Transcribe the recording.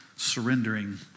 surrendering